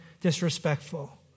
disrespectful